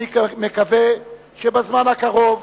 אני מקווה שבזמן הקרוב